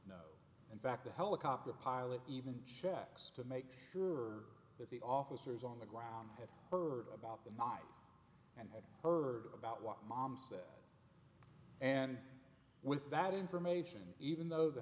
in fact the helicopter pilot even checks to make sure that the officers on the ground had heard about the mine and had heard about what mom said and with that information even though the